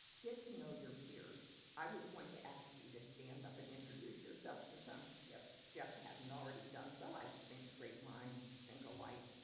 get to know your peers. i was going to ask you to stand up and introduce yourself to some, if jeff hadn't already done so. i think great minds think alike.